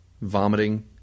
Vomiting